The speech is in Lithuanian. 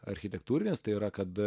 architektūrinis tai yra kad